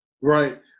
Right